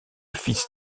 fils